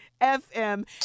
fm